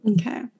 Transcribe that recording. okay